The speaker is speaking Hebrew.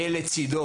יהיה לצידו,